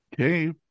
Okay